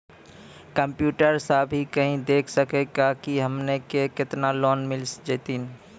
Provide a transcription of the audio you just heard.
Computer सा भी कही देख सकी का की हमनी के केतना लोन मिल जैतिन?